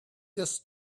this